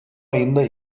ayında